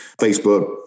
Facebook